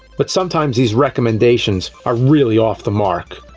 but sometimes, these recommendations, are really off the mark.